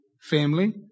family